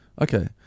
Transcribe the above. Okay